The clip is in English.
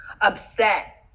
upset